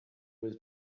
was